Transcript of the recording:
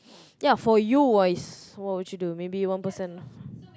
ya for you wise what would you do maybe one percent